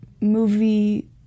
movie